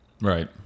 Right